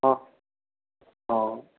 हँ हँ